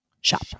shop